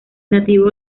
nativo